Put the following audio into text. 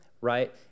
right